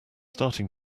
starting